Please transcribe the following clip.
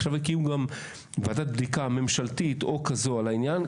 עכשיו הקימו גם ועדת בדיקה ממשלתית או כזו על העניין,